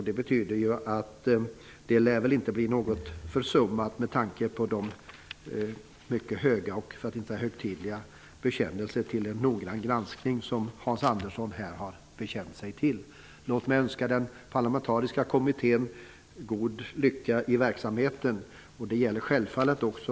Det betyder att det inte lär bli något försummat med tanke på den mycket höga, för att inte säga högtidliga, bekännelse till en noggrann granskning som Hans Andersson här har bekänt sig till. Låt mig önska den parlamentariska kommittén god lycka i verksamheten. Det gäller självfallet också